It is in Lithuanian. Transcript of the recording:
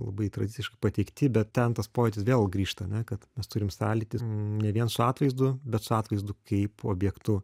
labai tradiciškai pateikti bet ten tas pojūtis vėl grįžta ar ne kad mes turim sąlytį ne vien su atvaizdu bet su atvaizdu kaip objektu